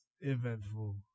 eventful